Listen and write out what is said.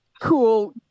cool